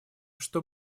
что